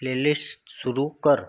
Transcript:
playlist सुरू कर